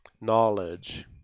knowledge